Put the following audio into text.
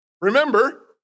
remember